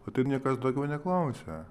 o taip niekas daugiau neklausia